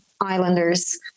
islanders